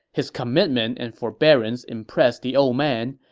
his commitment and forbearance impressed the old man,